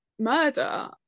Murder